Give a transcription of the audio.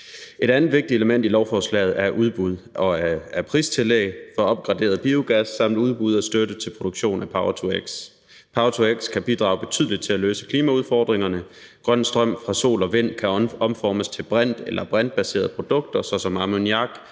Et andet vigtigt element i lovforslaget er udbud af pristillæg for opgraderet biogas samt udbud af støtte til produktion af power-to-x. Power-to-x kan bidrage betydeligt til at løse klimaudfordringerne. Grøn strøm fra sol og vind kan omformes til brint eller brintbaserede produkter såsom ammoniak,